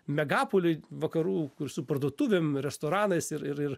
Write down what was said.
megapoliui vakarų kur su parduotuvėm restoranais ir ir ir